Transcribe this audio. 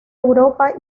europa